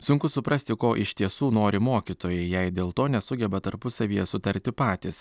sunku suprasti ko iš tiesų nori mokytojai jei dėl to nesugeba tarpusavyje sutarti patys